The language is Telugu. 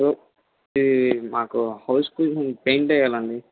ఈ మాకు హౌస్కి పెయింట్ వేయాలి అండి